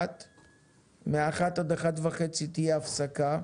13:00. מ-13:00 עד 13:30 תהיה הפסקה.